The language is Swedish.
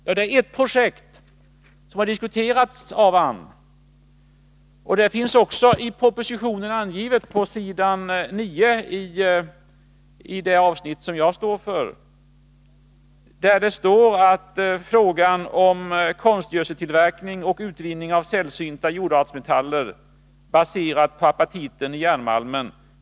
Ja, det är ett projekt som har diskuterats av och till, och det finns också angivet i propositionen på s. 9 i det avsnitt som jag står för. Där anges det att det har förts fram förslag om ”konstgödseltillverkning och utvinning av sällsynta jordartsmetaller baserat på apatiten i järnmalmen.